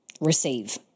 receive